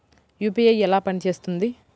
UPI ఎలా పనిచేస్తుంది?